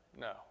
No